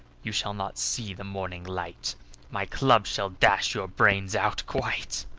you shall not see the morning light my club shall dash your brains out quite.